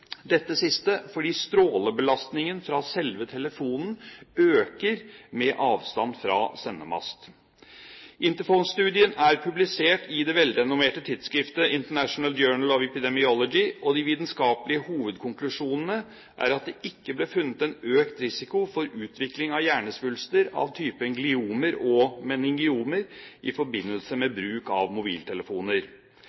dette siste fordi strålebelastningen fra selve telefonen øker med avstand fra sendemast. Interphone-studien er publisert i det velrenommerte tidsskriftet International Journal of Epidemiology, og de vitenskapelige hovedkonklusjonene er at det ikke ble funnet en økt risiko for utvikling av hjernesvulster av typen gliomer og meningeomer i forbindelse med